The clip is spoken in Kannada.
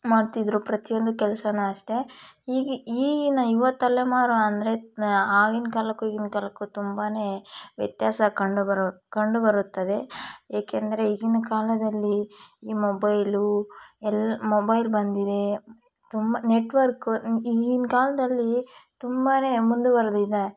ಮಾಡ್ತಿದ್ದರು ಪ್ರತಿಯೊಂದು ಕೆಲಸವೂ ಅಷ್ಟೆ ಈಗಿ ಈಗಿನ ಯುವ ತಲೆಮಾರು ಅಂದರೆ ಆಗಿನ ಕಾಲಕ್ಕೂ ಈಗಿನ ಕಾಲಕ್ಕೂ ತುಂಬಾನೆ ವ್ಯತ್ಯಾಸ ಕಂಡು ಬರು ಕಂಡುಬರುತ್ತದೆ ಏಕೆಂದರೆ ಈಗಿನ ಕಾಲದಲ್ಲಿ ಈ ಮೊಬೈಲ್ ಎಲ್ ಮೊಬೈಲ್ ಬಂದಿದೆ ತುಂಬ ನೆಟ್ವರ್ಕ್ ಈಗಿನ ಕಾಲದಲ್ಲಿ ತುಂಬಾನೆ ಮುಂದುವರೆದಿದೆ